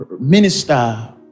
minister